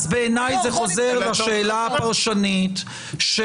אז בעיניי זה חוזר לשאלה הפרשנית של